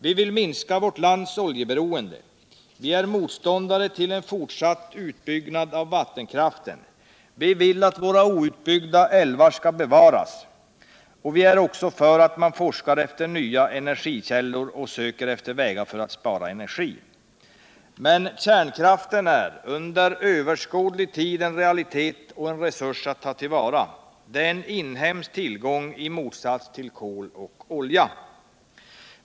Vi vill minska vårt lands oljeberoende, vi är motståndare till en fortsatt utbyggnad av vattenkraften, vi vill att våra outbyggda iälvar skall bevaras, och vi är också för att man forskar efter nva energikällor och söker efter vägar för att spara energi. Men kärnkraften är under överskådlig tid en realitet och en resurs att ta till vara. Den är en inhemsk tillgång i motsats till kol och olja.